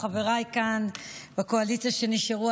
חבריי כאן בקואליציה שנשארו,